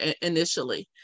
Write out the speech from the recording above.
initially